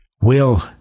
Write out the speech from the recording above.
Will